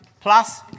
plus